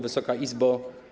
Wysoka Izbo!